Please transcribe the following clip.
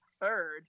third